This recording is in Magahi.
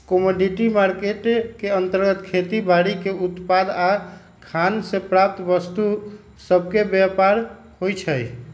कमोडिटी मार्केट के अंतर्गत खेती बाड़ीके उत्पाद आऽ खान से प्राप्त वस्तु सभके व्यापार होइ छइ